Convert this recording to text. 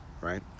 right